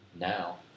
Now